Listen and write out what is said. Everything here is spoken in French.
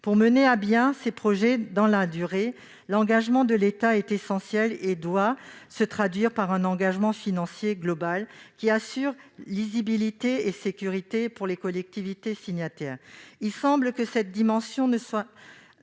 Pour mener à bien ces projets dans la durée, l'engagement de l'État est essentiel et doit se traduire par un engagement financier global, qui assure lisibilité et sécurité pour les collectivités signataires. Il semble que cette dimension